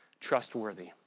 trustworthy